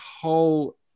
whole